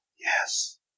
yes